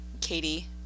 Katie